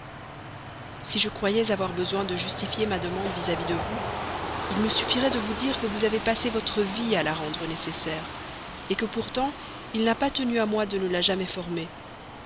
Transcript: si je croyais avoir besoin de justifier ma demande vis-à-vis de vous il me suffirait de vous dire que vous avez passé votre vie à la rendre nécessaire que pourtant il n'a pas tenu à moi de ne la jamais former